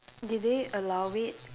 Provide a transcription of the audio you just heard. did they allow it